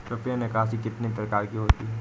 रुपया निकासी कितनी प्रकार की होती है?